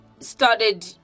started